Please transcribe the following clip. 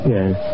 Yes